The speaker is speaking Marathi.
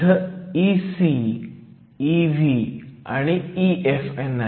इथं Ec Ev आणि EFn